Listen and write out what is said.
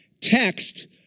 text